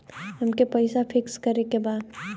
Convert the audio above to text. अमके पैसा फिक्स करे के बा?